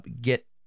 get